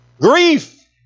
Grief